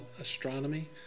astronomy